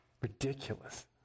Ridiculous